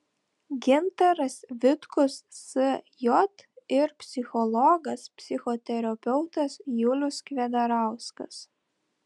gintaras vitkus sj ir psichologas psichoterapeutas julius kvedarauskas